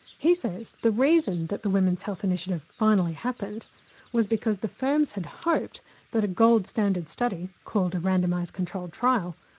he says the reason that the women's health initiative finally happened was because the firms had hoped that a gold standard study called a randomised controlled trial,